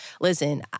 Listen